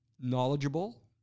knowledgeable